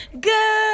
Good